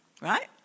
right